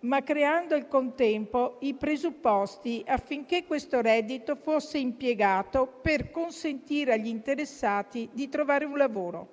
ma creando al contempo i presupposti affinché questo reddito fosse impiegato per consentire agli interessati di trovare un lavoro.